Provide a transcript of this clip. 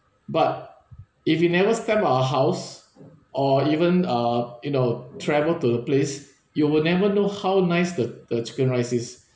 but if you never step out of your house or even uh you know travel to the place you will never know how nice the the chicken rice is